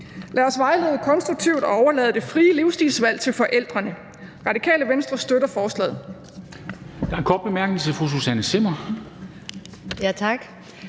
Lad os vejlede konstruktivt og overlade det frie livsstilsvalg til forældrene. Radikale Venstre støtter forslaget.